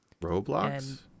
Roblox